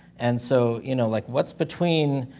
and so, you know, like, what's between,